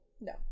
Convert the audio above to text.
No